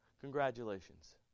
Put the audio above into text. Congratulations